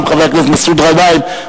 חבר הכנסת מסעוד גנאים,